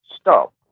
stop